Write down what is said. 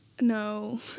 no